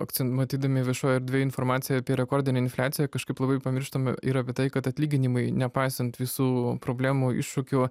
akcen matydami viešoj erdvėj informaciją apie rekordinę infliaciją kažkaip labai pamirštame ir apie tai kad atlyginimai nepaisant visų problemų iššūkių